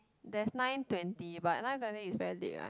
there's nine twenty but nine twenty is very late right